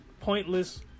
Pointless